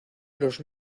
los